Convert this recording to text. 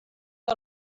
que